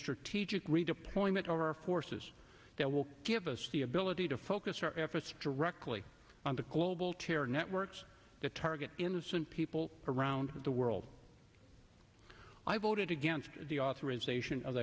strategic redeployment of our forces that will give us the ability to focus our efforts directly on the global terror networks that target innocent people around the world i voted against the authorization of